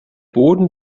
boden